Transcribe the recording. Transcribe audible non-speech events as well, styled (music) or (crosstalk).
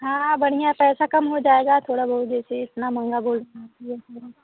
हाँ हाँ बढ़िया पैसा कम हो जाएगा थोड़ा बहुत जैसे इतना महँगा बोल (unintelligible)